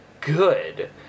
good